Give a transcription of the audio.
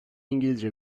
i̇ngilizce